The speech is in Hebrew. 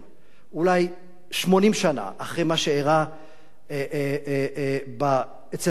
אולי 80 שנה אחרי מה שאירע אצל הארמנים,